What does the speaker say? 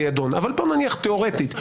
תודה רבה.